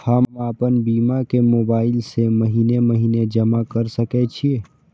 हम आपन बीमा के मोबाईल से महीने महीने जमा कर सके छिये?